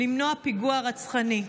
למנוע פיגוע רצחני.